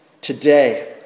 today